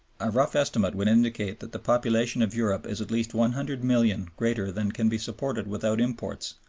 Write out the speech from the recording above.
a rough estimate would indicate that the population of europe is at least one hundred million greater than can be supported without imports,